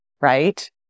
right